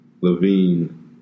Levine